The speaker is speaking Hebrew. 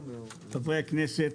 חברי הכנסת,